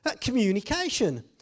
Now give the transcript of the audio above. communication